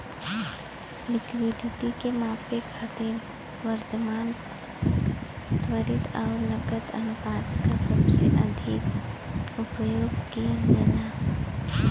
liquidity के मापे खातिर वर्तमान, त्वरित आउर नकद अनुपात क सबसे अधिक उपयोग किहल जाला